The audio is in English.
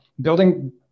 building